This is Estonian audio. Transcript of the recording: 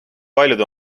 paljud